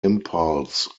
impulse